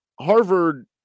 Harvard